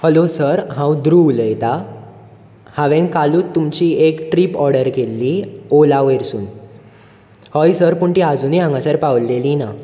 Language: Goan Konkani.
हॅलो सर हांव ध्रुव उलयतां हांवेन कालूच तुमची एक ट्रीप ऑर्डर केल्ली ऑला वयरसून हय सर पूण ती आजुनय हांगासर पावलेली ना